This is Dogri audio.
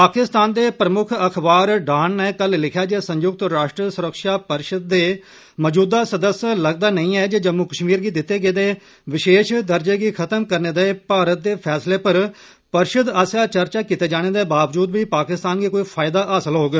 पाकिस्तान दे प्रमुक्ख अखबार डान नै कल लिखेया जे संयुक्त राष्ट्र सुरक्षा परिषद दे मजूदा सदस्य लगदा नेई जे जम्मू कश्मीर गी दिते गेदे विशेष दर्जे गी खत्म करने दे भारत दे फैसले पर परिषद आसेया चर्चा कीते जाने दे बावजूद बी पाकिस्तान गी कोई फैयदा हासल होग